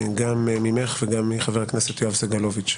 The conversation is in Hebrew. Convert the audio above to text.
גם ממך וגם מחבר הכנסת יואב סגלוביץ',